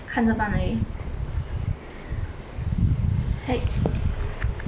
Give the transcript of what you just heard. !hey!